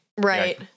right